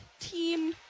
team